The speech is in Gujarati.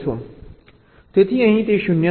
તેથી અહીં તે 1 શૂન્ય છે